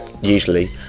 usually